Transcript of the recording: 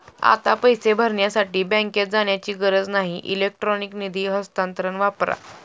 आता पैसे भरण्यासाठी बँकेत जाण्याची गरज नाही इलेक्ट्रॉनिक निधी हस्तांतरण वापरा